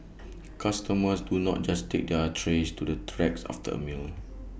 customers do not just take their trays to the racks after A meal